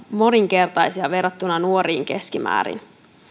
moninkertaista verrattuna nuoriin keskimäärin